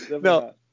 No